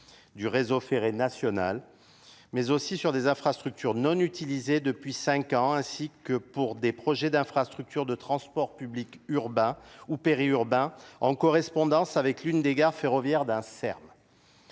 du réseau ferré national mais aussi pour des infrastructures non utilisées depuis cinq ans ainsi que pour des projets d'infrastructures de transport public, urbain ou périurbains, en correspondance avec l'une des gares ferroviaires d'un cerf.